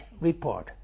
report